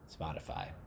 Spotify